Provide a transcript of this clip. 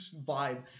vibe